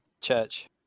church